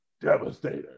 devastator